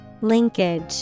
Linkage